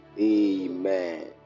Amen